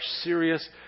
serious